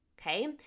okay